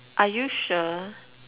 are you sure